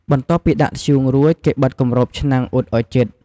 បន្ទាប់ពីដាក់ធ្យូងរួច គេបិទគម្របឆ្នាំងអ៊ុតឲ្យជិត។